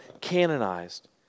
canonized